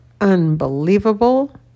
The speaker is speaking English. unbelievable